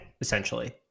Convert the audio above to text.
essentially